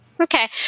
Okay